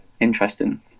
interesting